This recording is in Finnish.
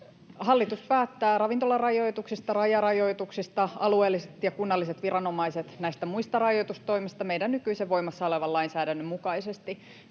Hallitus päättää ravintolarajoituksista, rajarajoituksista, alueelliset ja kunnalliset viranomaiset näistä muista rajoitustoimista meidän nykyisen voimassa olevan lainsäädännön mukaisesti.